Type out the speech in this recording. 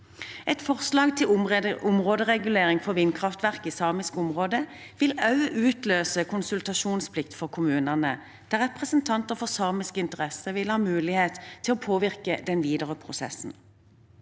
Et forslag til områderegulering for vindkraftverk i samiske områder vil også utløse konsultasjonsplikt for kommunene, der representanter for samiske interesser vil ha mulighet til å påvirke den videre prosessen.